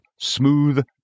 smooth